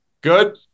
Good